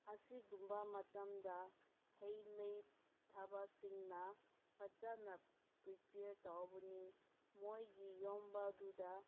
ꯑꯁꯤꯒꯨꯝꯕ ꯃꯇꯝꯗ ꯍꯩ ꯂꯩ ꯊꯥꯕꯁꯤꯡꯅ ꯐꯖꯅ ꯄ꯭ꯔꯤꯄꯤꯌꯔ ꯇꯧꯕꯅꯤ ꯃꯣꯏꯒꯤ ꯌꯣꯟꯕꯗꯨꯗ